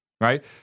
right